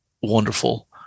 wonderful